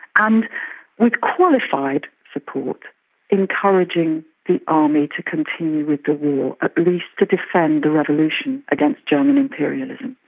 and with qualified support encouraging the army to continue with the war, at least to defend the revolution against german imperialism.